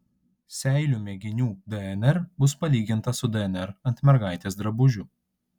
seilių mėginių dnr bus palyginta su dnr ant mergaitės drabužių